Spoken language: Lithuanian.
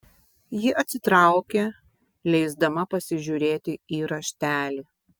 ji atsitraukė leisdama pasižiūrėti į raštelį